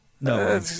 No